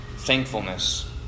Thankfulness